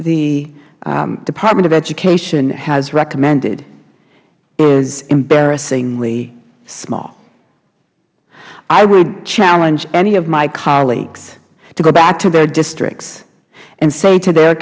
the department of education has recommended is embarrassingly small i would challenge any of my colleagues to go back to their districts and say to their